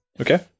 Okay